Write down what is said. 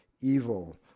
evil